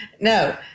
No